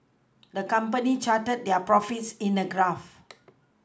the company charted their profits in a graph